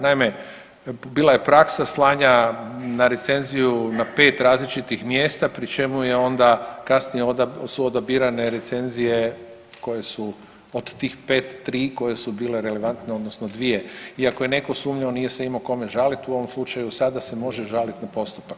Naime, bila je praksa slanja na recenziju na pet različnih mjesta pri čemu je onda kasnije su odabirane recenzije koje su od tih pet, tri koje su bile relevantne odnosno dvije i ako je neko sumnjao nije se imao kome žalit u ovom slučaju sada se može žaliti na postupak.